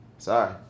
Sorry